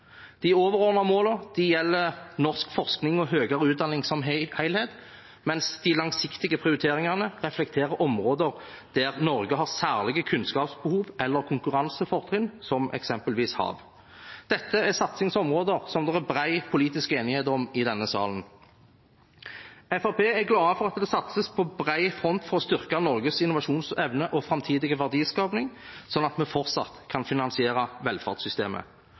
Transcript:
gjelder norsk forskning og høyere utdanning som helhet, mens de langsiktige prioriteringene reflekterer områder der Norge har særlige kunnskapsbehov eller konkurransefortrinn, som eksempelvis hav. Dette er satsingsområder som det er bred politisk enighet om i denne salen. Fremskrittspartiet er glad for at det satses på bred front for å styrke Norges innovasjonsevne og framtidige verdiskaping, sånn at vi fortsatt kan finansiere velferdssystemet.